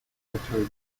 preparatory